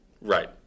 Right